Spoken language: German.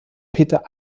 peter